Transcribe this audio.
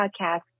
podcast